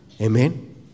Amen